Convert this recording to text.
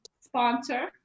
sponsor